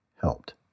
helped